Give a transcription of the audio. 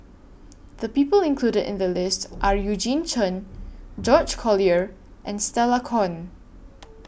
The People included in The list Are Eugene Chen George Collyer and Stella Kon